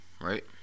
right